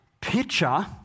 picture